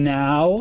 now